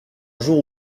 jour